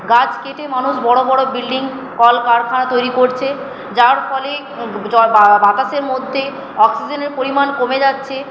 গাছ কেটে মানুষ বড়ো বড়ো বিল্ডিং কলকারখানা তৈরি করছে যার ফলে বাতাসের মধ্যে অক্সিজেনের পরিমাণ কমে যাচ্ছে